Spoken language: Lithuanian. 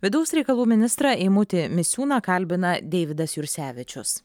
vidaus reikalų ministrą eimutį misiūną kalbina deividas jursevičius